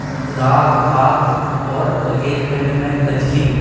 राग फाक और बघेलखंड में कजली